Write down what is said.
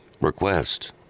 request